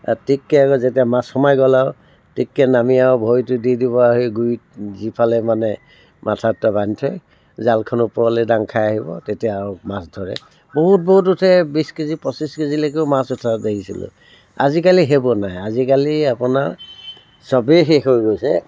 আৰু টিককে যেতিয়া মাছ সোমাই গ'ল আৰু টিককে নামি আৰু ভৰিটো দি দিব সেই গুৰিত যিফালে মানে মাথা দুটা বান্ধি থয় জালখন ওপৰতে দাং খাই আহিব তেতিয়া আৰু মাছ ধৰে বহুত বহুত উঠে বিছ কেজি পঁচিছ কেজিলৈকেও মাছ উঠা দেখিছিলোঁ আজিকালি সেইবোৰ নাই আজিকালি আপোনাৰ চবেই শেষ হৈ গৈছে